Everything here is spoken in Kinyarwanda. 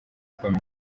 ikomeye